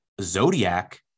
Zodiac